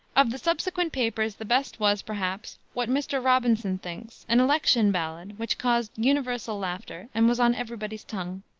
of the subsequent papers the best was, perhaps, what mr. robinson thinks, an election ballad, which caused universal laughter, and was on every body's tongue.